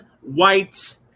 white